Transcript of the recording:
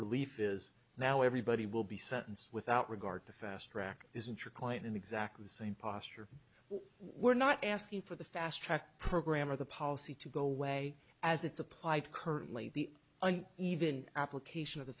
relief is now everybody will be sentenced without regard to fastrack isn't your client in exactly the same posture we're not asking for the fast track program or the policy to go away as it's applied currently the and even application of the